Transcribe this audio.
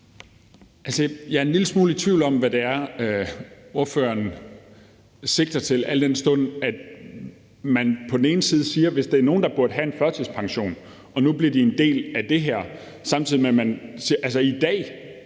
Jeg er en lille smule i tvivl om, hvad det er, ordføreren sigter til, al den stund at man på den ene side siger, at der er nogle, der burde have en førtidspension, og som nu bliver en del af det her. I dag er de